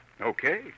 Okay